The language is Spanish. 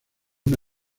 una